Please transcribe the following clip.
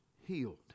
healed